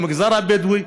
במגזר הבדואי,